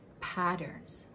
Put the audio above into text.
patterns